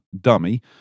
dummy